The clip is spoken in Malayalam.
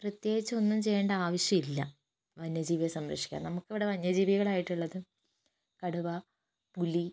പ്രത്യേകിച്ച് ഒന്നും ചെയ്യേണ്ട ആവിശ്യമില്ല വന്യ ജീവിയെ സംരക്ഷിക്കാൻ നമുക്കിവിടെ വന്യ ജീവികളായിട്ടുള്ളത് കടുവ പുലി